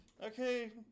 Okay